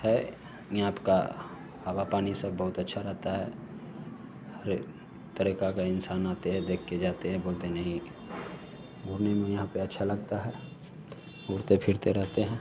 है ही आपका हवा पानी सब बहुत अच्छा रहता है हरे तरीका का इन्सान आते है देख कर जाते हैं बोलते है नहीं बोलने में यहाँ पर अच्छा लगता है घूमते फिरते रहते हैं